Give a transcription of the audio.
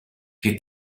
che